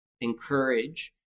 encourage